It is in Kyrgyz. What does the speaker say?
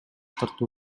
тартуу